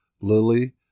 Lily